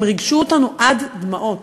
הם ריגשו אותנו עד דמעות,